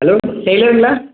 hello டெய்லருங்களா